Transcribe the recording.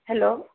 hello